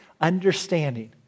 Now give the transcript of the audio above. understanding